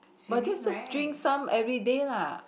but this is drink some everyday lah